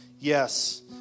Yes